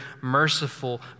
merciful